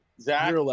Zach